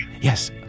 Yes